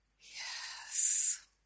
Yes